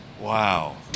Wow